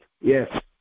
Yes